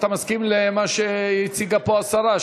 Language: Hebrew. אתה מסכים למה שהציגה פה השרה,